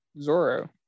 Zoro